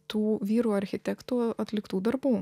tų vyrų architektų atliktų darbų